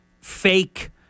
fake